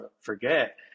forget